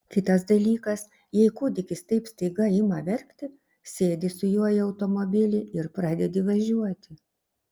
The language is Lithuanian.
kitas dalykas jei kūdikis taip staiga ima verkti sėdi su juo į automobilį ir pradedi važiuoti